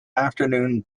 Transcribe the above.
afternoon